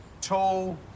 Tall